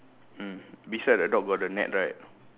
mm beside the dog got the net right